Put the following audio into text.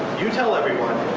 you tell everyone,